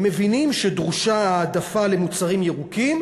הם מבינים שדרושה העדפה למוצרים ירוקים,